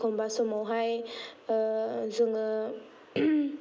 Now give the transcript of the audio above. एखमबा समाव हाय जोङो